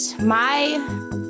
my-